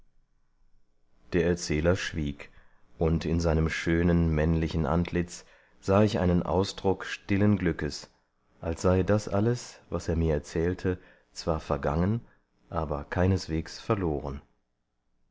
der erzähler schwieg und in seinem schönen männlichen antlitz sah ich einen ausdruck stillen glückes als sei das alles was er mir erzählte zwar vergangen aber keineswegs verloren